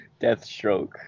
Deathstroke